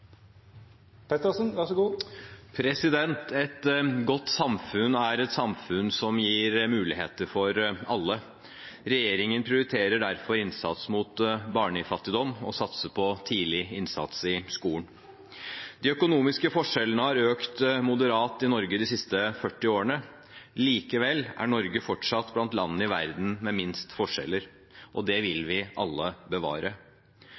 på tidlig innsats i skolen. De økonomiske forskjellene har økt moderat i Norge de siste 40 årene. Likevel er Norge fortsatt blant landene i verden med minst forskjeller. Det vil vi alle bevare.